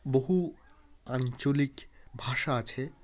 বহু আঞ্চলিক ভাষা আছে